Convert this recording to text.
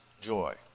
joy